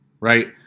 Right